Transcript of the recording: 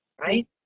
Right